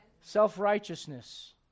Self-righteousness